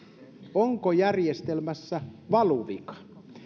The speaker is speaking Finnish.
onko järjestelmässä valuvika